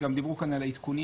גם דיברו כאן על העדכונים,